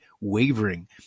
wavering